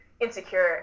insecure